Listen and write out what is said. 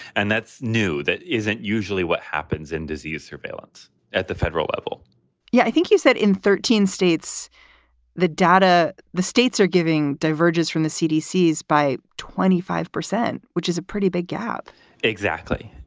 and that's new, that isn't usually what happens in disease surveillance at the federal level yeah, i think you said in thirteen states the data the states are giving diverges from the cdc is by twenty five percent, which is a pretty big gap exactly.